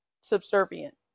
subservient